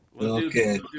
Okay